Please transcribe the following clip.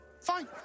Fine